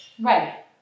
Right